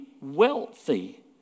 wealthy